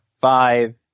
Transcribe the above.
five